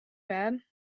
bad